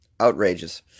Outrageous